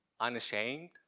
Unashamed